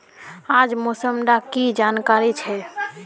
आज मौसम डा की जानकारी छै?